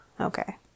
Okay